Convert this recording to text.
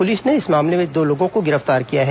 police ने इस मामले में दो लोगों को गिरफ्तार किया है